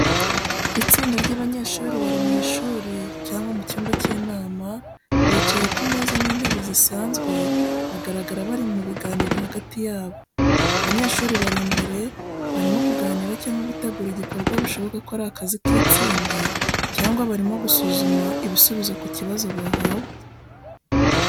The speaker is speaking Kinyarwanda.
Itsinda ry'abanyeshuri bari mu ishuri cyangwa mu cyumba cy'inama bicaye ku meza n'intebe zisanzwe bagaragara bari mu biganiro hagati yabo. Abanyeshuri bari imbere barimo kuganira cyangwa gutegura igikorwa bishoboka ko ari akazi k’itsinda, cyangwa barimo gusuzuma ibisubizo ku kibazo bahawe.